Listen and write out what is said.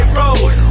road